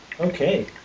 Okay